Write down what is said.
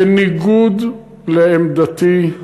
בניגוד לעמדתי,